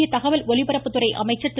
மத்திய தகவல் ஒலிபரப்புத்துறை அமைச்சர் திரு